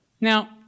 Now